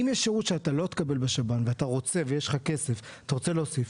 אם יש שירות שאתה לא מקבל בשב"ן ואתה רוצה ויש לך כסף ואתה רוצה להוסיף,